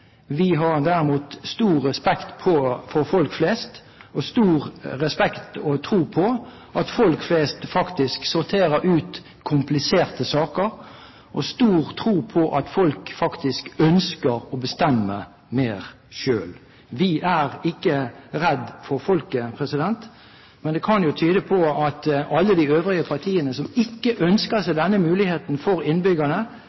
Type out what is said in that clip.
Vi har derimot stor respekt for folk flest, og stor respekt og tro på at folk flest sorterer ut «kompliserte saker», og stor tro på at folk faktisk ønsker å bestemme mer selv. Vi er ikke redd for folket, men det kan jo tyde på at alle de øvrige partiene, som ikke ønsker